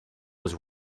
was